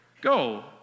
go